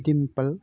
डिमपोल